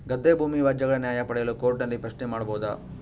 ಗದ್ದೆ ಭೂಮಿ ವ್ಯಾಜ್ಯಗಳ ನ್ಯಾಯ ಪಡೆಯಲು ಕೋರ್ಟ್ ನಲ್ಲಿ ಪ್ರಶ್ನೆ ಮಾಡಬಹುದಾ?